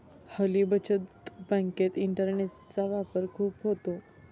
हल्ली बचत बँकेत इंटरनेटचा वापर खूप होतो